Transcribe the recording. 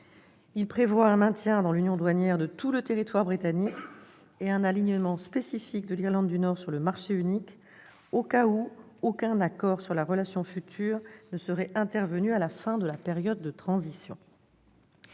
Il prévoit un maintien dans l'union douanière de tout le territoire britannique et un alignement spécifique de l'Irlande du Nord sur le marché unique, au cas où aucun accord sur la relation future ne serait intervenu à la fin de la période de transition.